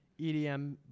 EDM